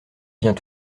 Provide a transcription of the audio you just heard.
vient